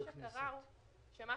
מה שקרה הוא שמה